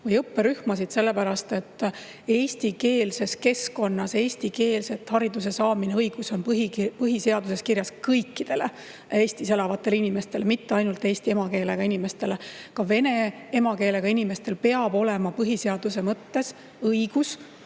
või õpperühmadele, sellepärast et eestikeelses keskkonnas eestikeelse hariduse saamise õigus on põhiseaduses kirjas kõikidele Eestis elavatele inimestele, mitte ainult eesti emakeelega inimestele. Ka vene emakeelega inimestel peab olema põhiseaduse mõttes õigus